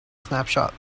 snapshot